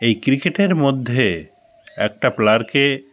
এই ক্রিকেটের মধ্যে একটা প্লেয়ারকে